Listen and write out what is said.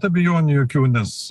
abejonių jokių nes